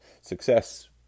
success